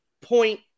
point